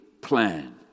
plan